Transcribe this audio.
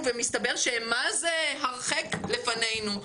ומסתבר שהם מה-זה הרחק לפנינו.